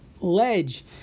ledge